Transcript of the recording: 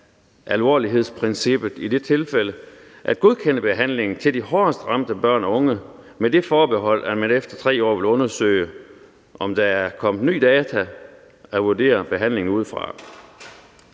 alvorlighedsprincippet i det tilfælde at godkende behandlingen til de hårdest ramte børn og unge med det forbehold, at man efter 3 år vil undersøge, om der er kommet ny data at vurdere behandlingen ud fra.